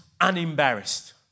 unembarrassed